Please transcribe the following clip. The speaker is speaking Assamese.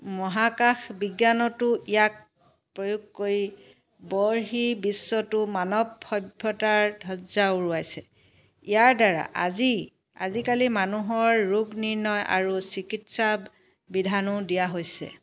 মহাকাশ বিজ্ঞানতো ইয়াক প্ৰয়োগ কৰি বৰ্হি বিশ্বতো মানৱ সভ্যতাৰ ধ্বজ্জা উৰুৱাইছে ইয়াৰ দ্বাৰা আজি আজিকালি মানুহৰ ৰোগ নিৰ্ণয় আৰু চিকিৎসা বিধানো দিয়া হৈছে